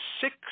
six